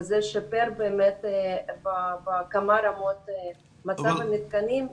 וזה שיפר באמת בכמה רמות את מצב המתקנים.